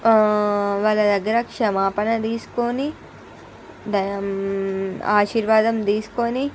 వాళ్ళ దగ్గర క్షమాపణ తీసుకొని దేం ఆశీర్వాదం తీసుకోని